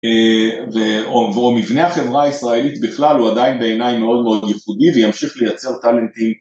ואו מבנה החברה הישראלית בכלל הוא עדיין בעיניי מאוד מאוד ייחודי וימשיך לייצר טלנטים.